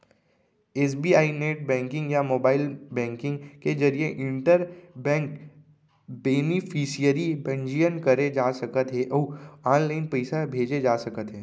SBI net banking या mobile banking के जरिए इंटर बेंक बेनिफिसियरी पंजीयन करे जा सकत हे अउ ऑनलाइन पइसा भेजे जा सकत हे